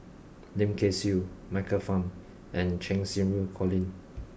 Lim Kay Siu Michael Fam and Cheng Xinru Colin